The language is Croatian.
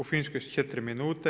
U Finskoj su 4 minute.